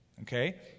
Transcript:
okay